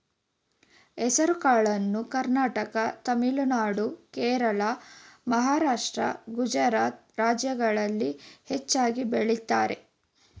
ಹೆಸರುಕಾಳನ್ನು ಕರ್ನಾಟಕ ತಮಿಳುನಾಡು, ಕೇರಳ, ಮಹಾರಾಷ್ಟ್ರ, ಗುಜರಾತ್ ರಾಜ್ಯಗಳಲ್ಲಿ ಹೆಚ್ಚಾಗಿ ಬೆಳಿತರೆ